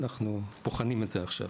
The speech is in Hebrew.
אנחנו בוחנים את זה עכשיו.